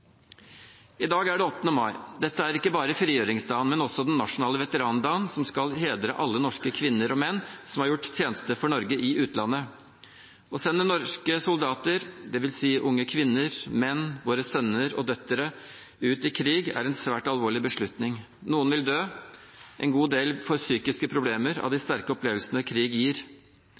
I dag er det 8. mai. Dette er ikke bare frigjøringsdagen, men også den nasjonale veterandagen, som skal hedre alle norske kvinner og menn som har gjort tjeneste for Norge i utlandet. Å sende norske soldater – unge kvinner og menn, våre sønner og døtre – ut i krig er en svært alvorlig beslutning. Noen vil dø. En god del får psykiske problemer av de sterke opplevelsene krig gir.